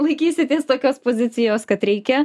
laikysitės tokios pozicijos kad reikia